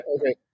okay